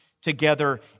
together